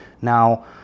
Now